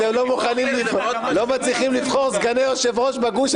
אתם לא מצליחים לבחור סגני יושב-ראש בגוש,